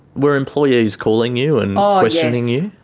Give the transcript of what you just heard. were employees calling you and ah questioning you?